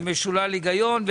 זה משולל היגיון,